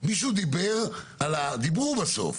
חדרה שלא רוצה שדה תעופה.